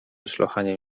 szlochaniem